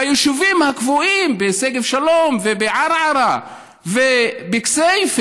ביישובים הקבועים, בשגב שלום ובערערה ובכסייפה,